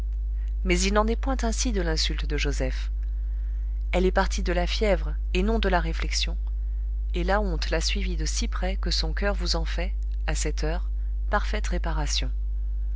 mais il n'en est point ainsi de l'insulte de joseph elle est partie de la fièvre et non de la réflexion et la honte l'a suivie de si près que son coeur vous en fait à cette heure parfaite réparation